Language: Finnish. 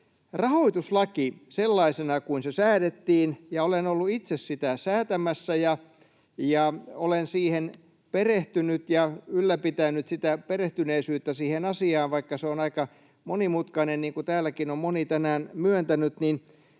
Rahoituslaissa sellaisena kuin se säädettiin — ja olen ollut itse sitä säätämässä, ja olen siihen perehtynyt ja ylläpitänyt sitä perehtyneisyyttä siihen asiaan, vaikka se on aika monimutkainen, niin kuin täälläkin on moni tänään myöntänyt — on